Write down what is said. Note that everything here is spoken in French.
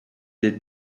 des